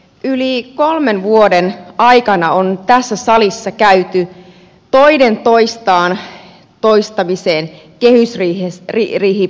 yli kolmen vuoden aikana on tässä salissa käyty läpi kehysriihipaketteja toisensa jälkeen